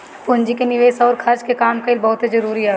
पूंजी के निवेस अउर खर्च के काम कईल बहुते जरुरी हवे